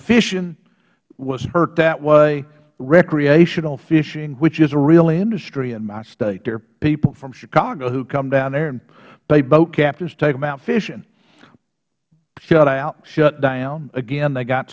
fishing was hurt that way recreational fishing which is a real industry in my state there are people from chicago who come down there and pay boat captains to take them out fishing shut out shut down again they got